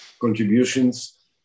contributions